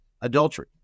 adultery